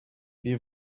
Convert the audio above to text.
wir